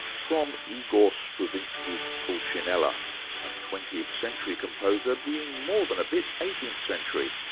from igor stravinsky's pulcinella, a twentieth century composer being more than a bit eighteenth century.